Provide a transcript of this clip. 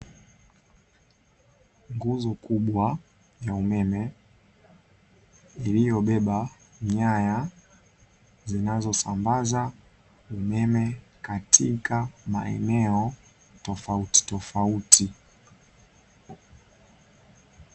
Nguzo kubwa ya umeme, iliyobeba nyanya zinazosambaza umeme katika maeneo tofautitofauti.